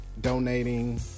donating